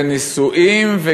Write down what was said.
ונישואין,